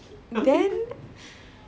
damn slow